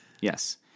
yes